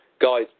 guys